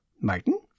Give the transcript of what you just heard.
Martin